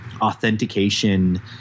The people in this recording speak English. authentication